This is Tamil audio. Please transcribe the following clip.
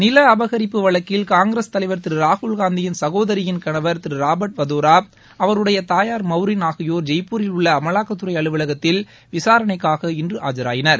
நில அபகரிப்பு வழக்கில் காங்கிரஸ் தலைவர் திரு ராகுல்காந்தியின் சகோதரியின் கணவர் திரு ராபர்ட் வதோரா அவருடைய தயார் மௌரின் ஆகியோர் ஜெய்ப்பூரில் உள்ள அமலாக்கத்துறை அலுவலகத்தில் விசாரணைக்காக இன்று ஆஜராயினர்